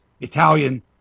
Italian